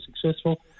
successful